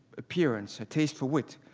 appearance, her tasteful wit,